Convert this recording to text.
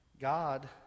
God